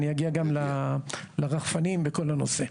אני אגיע גם לרחפנים וכל הנושא.